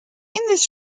this